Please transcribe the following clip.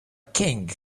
king